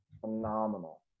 Phenomenal